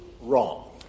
wrong